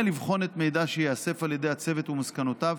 לבחון את המידע שייאסף על ידי הצוות ומסקנותיו